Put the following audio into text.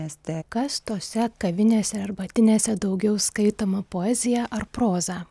mieste kas tose kavinėse arbatinėse daugiau skaitoma poezija ar proza